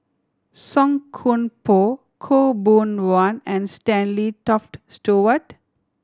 Song Koon Poh Khaw Boon Wan and Stanley Toft Stewart